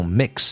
mix